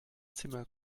zimmer